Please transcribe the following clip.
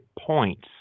points